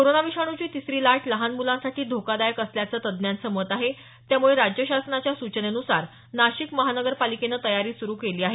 corona विषाणूची तिसरी लाट लहान मुलांसाठी धोकादायक असल्याचं तज्ज्ञांचं मत आहे त्यामुळे राज्य शासनाच्या सूचनेन्सार नाशिक महानगरपालिकेनं तयारी सुरू केली आहे